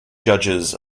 judges